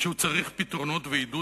כשהוא צריך פתרונות ועידוד,